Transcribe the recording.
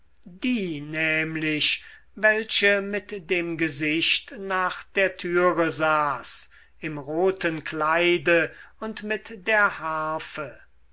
die nämlich welche mit dem gesicht nach der türe saß im roten kleide und mit der harfe